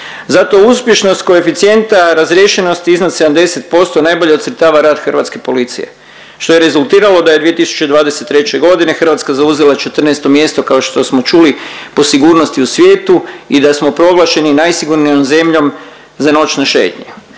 Zato uspješnost koeficijenta razriješenosti iznad 70% najbolje ocrtava rad hrvatske policije što je rezultiralo da je 2023. g. hrvatska zauzela 14. mjesto, kao što smo čuli, po sigurnosti u svijetu i da smo proglašeni najsigurnijom zemljom za noćne šetnje.